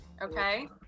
okay